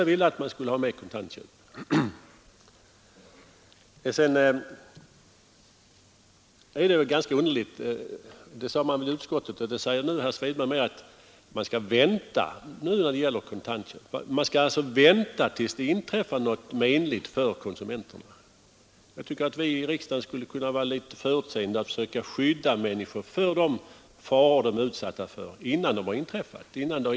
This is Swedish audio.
I utskottsbetänkandet sägs — och det underströks nu av herr Svedberg — att man bör vänta tills det inträffar något menligt för konsumenterna. Det är ganska underligt! Jag tycker att vi i riksdagen borde vara litet förutseende och försöka skydda människor för tänkbara faror innan det händer någonting.